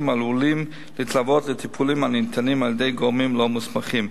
העלולים להתלוות לטיפולים הניתנים על-ידי גורמים לא מוסמכים.